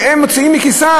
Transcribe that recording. שהם מוציאים מכיסם,